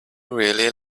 really